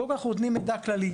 קודם כל אנחנו נותנים מידע כללי.